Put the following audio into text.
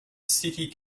city